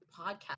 podcast